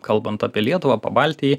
kalbant apie lietuvą pabaltį